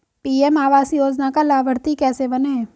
PM आवास योजना का लाभर्ती कैसे बनें?